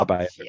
Bye